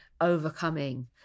overcoming